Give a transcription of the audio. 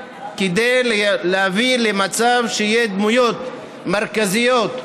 כדי להביא למצב שיהיו דמויות מרכזיות,